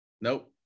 nope